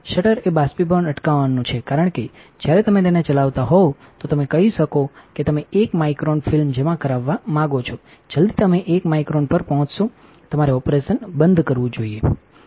shutter એ બાષ્પીભવન અટકાવવાનું છે કારણ કે જ્યારે તમે તેને ચલાવતા હોવ તો તમે કહી શકો કે તમે 1 માઇક્રોન ફિલ્મ જમા કરાવવા માંગો છો જલદી તમે 1 માઇક્રોન પર પહોંચશો તમારે ઓપરેશન બંધ કરવું જોઈએ